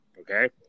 Okay